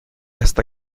hasta